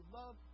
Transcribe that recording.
love